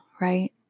right